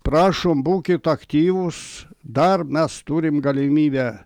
prašom būkit aktyvūs dar mes turim galimybę